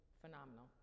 phenomenal